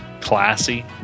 classy